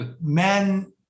men